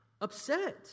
upset